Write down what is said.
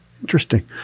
Interesting